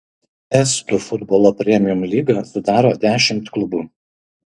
estų futbolo premium lygą sudaro dešimt klubų